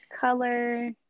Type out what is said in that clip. color